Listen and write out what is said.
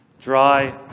dry